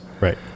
right